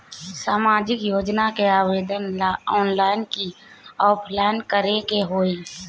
सामाजिक योजना के आवेदन ला ऑनलाइन कि ऑफलाइन करे के होई?